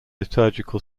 liturgical